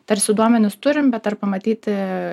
tarsi duomenis turim bet dar pamatyti